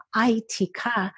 aitika